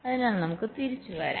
അതിനാൽ നമുക്ക് തിരിച്ചുവരാം